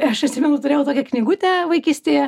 aš atsimenu turėjau tokią knygutę vaikystėje